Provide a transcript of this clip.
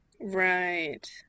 right